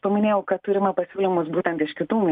paminėjau kad turime pasiūlymus būtent iš kitų